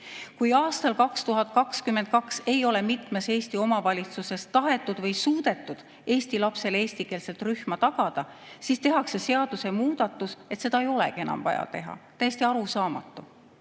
Kui aastal 2022 ei ole mitmes Eesti omavalitsuses tahetud või suudetud eesti lastele eestikeelset rühma tagada, siis tehakse seadusemuudatus, et seda ei olegi enam vaja teha. Täiesti arusaamatu!